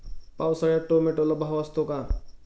पावसाळ्यात टोमॅटोला भाव असतो का?